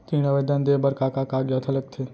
ऋण आवेदन दे बर का का कागजात ह लगथे?